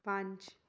ਪੰਜ